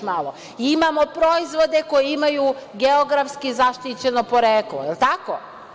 Imamo proizvode koji imaju geografski zaštićeno poreklo, jel tako?